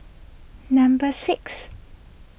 number six